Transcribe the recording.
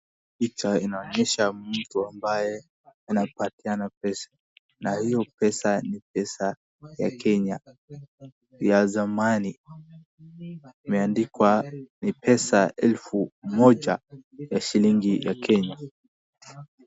Picha inaonyesha mtu ambaye anapatiana pesa na hiyo pesa ni Pesa ya Kenya ya zamani. Imeandikwa ni pesa elfu moja ya shilingi ya Kenya.